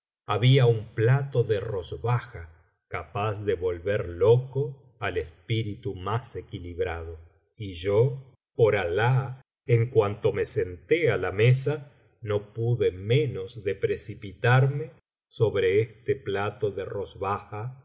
había un plato de rozbaja capaz de volver loco al espíritu más equilibrado y yo por alaht en cuanto me senté á la mesa no pude menos de precipitarme sobre este plato de rozbaja